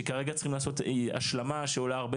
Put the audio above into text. שכרגע צריכים לעשות השלמה שעולה הרבה